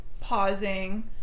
pausing